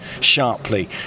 sharply